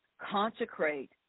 consecrate